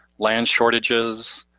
land shortages,